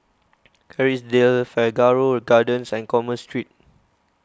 Kerrisdale Figaro Gardens and Commerce Street